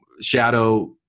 shadow